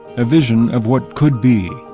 a vision of what could be.